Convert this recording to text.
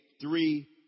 three